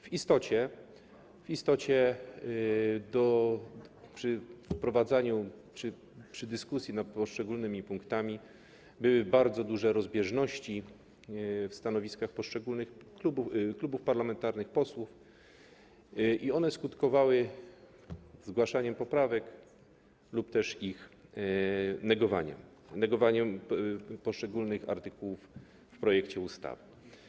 W istocie przy wprowadzaniu, przy dyskusji nad poszczególnymi punktami były bardzo duże rozbieżności w stanowiskach poszczególnych klubów parlamentarnych, posłów i one skutkowały zgłaszaniem poprawek lub też ich negowaniem, negowaniem poszczególnych artykułów w projekcie ustawy.